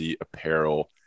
apparel